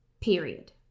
period